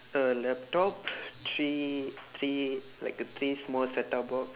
a laptop three three like a three small set up box